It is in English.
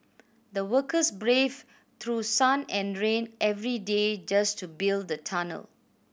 the workers braved through sun and rain every day just to build the tunnel